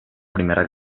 primera